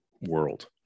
world